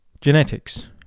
genetics